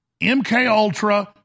MKUltra